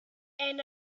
and